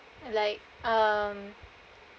like um